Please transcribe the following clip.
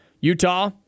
Utah